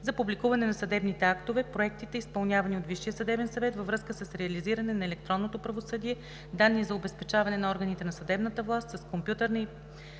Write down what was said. за публикуване на съдебните актове, проектите, изпълнявани от Висшия съдебен съвет във връзка с реализиране на електронното правосъдие, данни за обезпечаване на органите на съдебната власт с компютърна